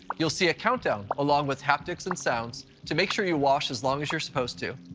you'll see a countdown, along with haptics and sounds, to make sure you wash as long as you're supposed to.